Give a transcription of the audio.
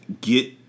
get